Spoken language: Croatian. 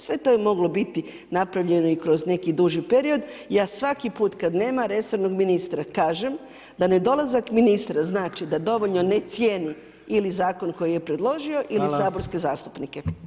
Sve to je moglo biti napravljeno i kroz neki duži period, ja svaki put kad nema resornog ministra kažem da nedolazak ministra znači da dovoljno ne cijeni ili zakon koji je predložio ili saborske zastupnike.